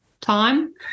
time